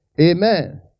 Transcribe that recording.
Amen